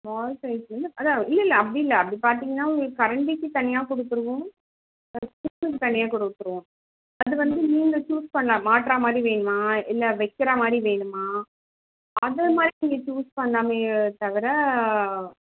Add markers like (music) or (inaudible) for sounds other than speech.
small சைஸ்லேருந்து அதுதான் இல்லைல்ல அப்படி இல்லை அப்படி பார்த்தீங்கன்னா உங்களுக்கு கரண்டிக்கு தனியாக கொடுத்துருவோம் (unintelligible) தனியாக கொடுத்துருவோம் அது வந்து நீங்கள் சூஸ் பண்ணலாம் மாட்டுறா மாதிரி வேணுமா இல்லை வைக்கிறா மாதிரி வேணுமா அது மாதிரி நீங்கள் சூஸ் பண்ணலாமே தவிர